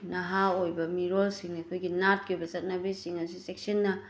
ꯅꯍꯥ ꯑꯣꯏꯕ ꯃꯤꯔꯣꯜꯁꯤꯡꯅ ꯑꯈꯣꯏꯒꯤ ꯅꯥꯠꯀꯤ ꯑꯣꯏꯕ ꯆꯠꯅꯕꯤꯁꯤꯡ ꯑꯁꯤ ꯆꯦꯛꯁꯤꯟꯅ